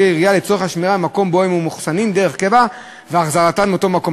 הירייה לצורך השמירה מהמקום שבו הם מאוחסנים דרך קבע והחזרתם לאותו מקום.